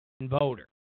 voter